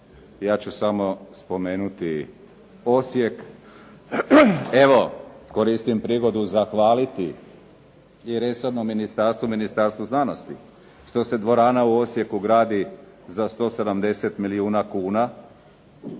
Ja ću samo spomenuti Osijek, evo koristim prigodu zahvaliti i Resornom ministarstvu i Ministarstvu znanosti što se dvorana u Osijeku gradi za 170 milijuna kuna